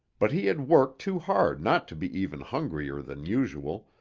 but he had worked too hard not to be even hungrier than usual,